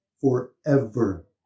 forever